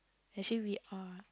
actually we are